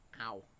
Ow